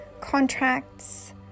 contracts